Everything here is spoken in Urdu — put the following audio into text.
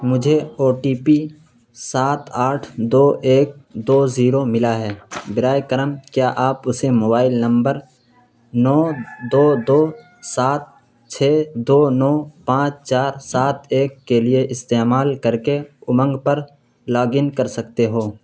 مجھے او ٹی پی سات آٹھ دو ایک دو زیرو ملا ہے براہ کرم کیا آپ اسے موبائل نمبر نو دو دو سات چھ دو نو پانچ چار سات ایک کے لیے استعمال کر کے امنگ پر لاگ ان کر سکتے ہو